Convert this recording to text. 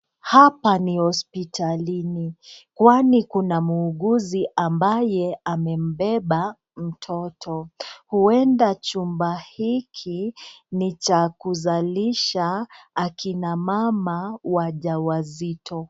Hapa ni hospitalini kwani kuna muuguzi ambaye amembeba mtoto. Hueda chumba hiki ni cha kuzalisha akina mama wajawazito.